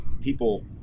people